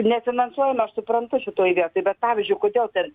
nefinansuojama aš suprantu šitoj vietoj bet pavyzdžiui kodėl ten